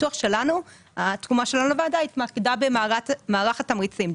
התרומה שלנו לוועדה התמקדה במערך התמריצים.